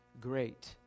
great